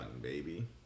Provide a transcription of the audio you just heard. baby